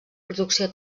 producció